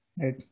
Right